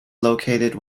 located